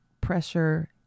pressure